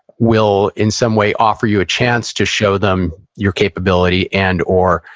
will, in some way, offer you a chance to show them your capability, and, or,